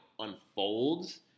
Unfolds